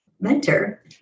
Mentor